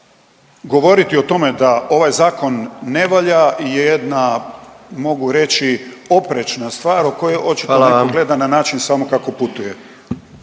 Hvala vam./…